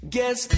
Guess